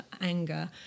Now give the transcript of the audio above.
anger